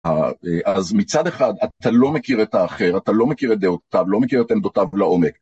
אז מצד אחד אתה לא מכיר את האחר, אתה לא מכיר את דעותיו, לא מכיר את עמדותיו לעומק.